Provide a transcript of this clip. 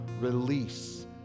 release